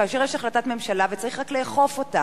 כאשר יש החלטת ממשלה וצריך רק לאכוף אותה.